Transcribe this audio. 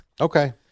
Okay